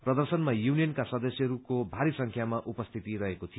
प्रदर्शनमा यूनियनका सदस्यहरूको भारी संख्यामा उपस्थिति रहेको थियो